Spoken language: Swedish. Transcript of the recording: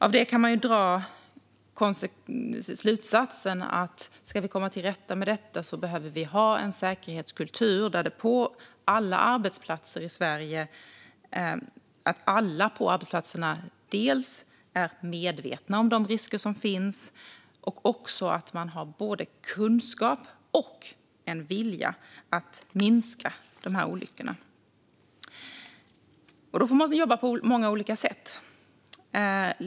Av det kan man dra slutsatsen att om vi ska komma till rätta med detta behöver vi ha en säkerhetskultur där alla på alla arbetsplatser i Sverige dels är medvetna om de risker som finns, dels har både kunskap och en vilja att minska de här olyckorna. Då får man jobba på många olika sätt.